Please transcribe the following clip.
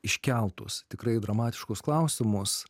iškeltus tikrai dramatiškus klausimus